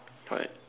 what